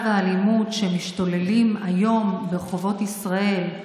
והאלימות שמשתוללות היום ברחובות ישראל,